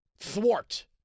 thwart